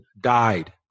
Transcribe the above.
died